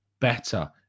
better